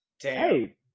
Hey